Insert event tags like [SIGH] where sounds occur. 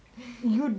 [BREATH]